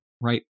right